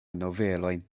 novelojn